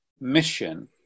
mission